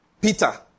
Peter